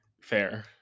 Fair